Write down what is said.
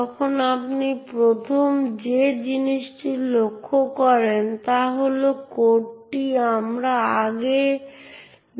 এখন সেই নির্দিষ্ট ব্যবহারকারীর দ্বারা নির্বাহিত প্রতিটি প্রোগ্রাম স্বয়ংক্রিয়ভাবে মূল প্রক্রিয়া থেকে ব্যবহারকারী আইডি উত্তরাধিকারী হবে